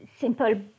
simple